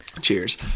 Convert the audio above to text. Cheers